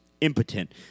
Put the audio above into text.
impotent